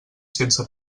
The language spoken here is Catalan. sense